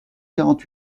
quarante